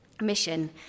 mission